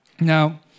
Now